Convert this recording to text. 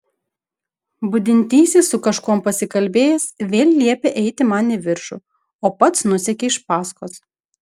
budintysis su kažkuom pasikalbėjęs vėl liepė eiti man į viršų o pats nusekė iš paskos